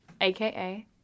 aka